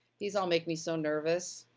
these all make me so nervous.